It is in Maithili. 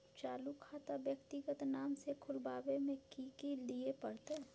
चालू खाता व्यक्तिगत नाम से खुलवाबै में कि की दिये परतै?